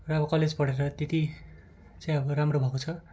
र अब कलेज पढेर त्यति चाहिँ अब राम्रो भएको छ